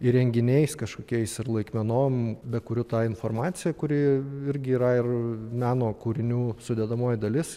įrenginiais kažkokiais ir laikmenom be kurių ta informacija kuri irgi yra ir meno kūrinių sudedamoji dalis